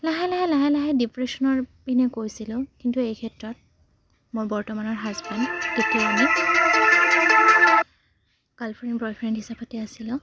লাহে লাহে লাহে লাহে ডিপ্ৰেশ্যনৰ পিনে গৈছিলোঁ কিন্তু এই ক্ষেত্ৰত মই বৰ্তমানৰ হাজবেণ্ড গাৰ্লফ্ৰেণ্ড বয়ফ্ৰেণ্ড হিচাপতে আছিলোঁ